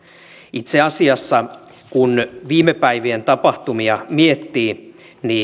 itse asiassa kun viime päivien tapahtumia miettii